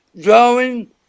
drawing